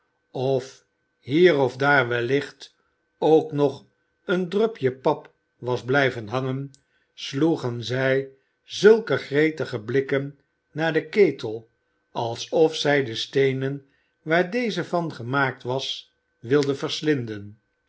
of hier of daar wellicht ook nog een drupje pap was blijven hangen sloegen zij zulke gretige blikken naar den ketel alsof zij de steenen waar deze van gemaakt was wilden verslinden